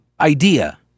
idea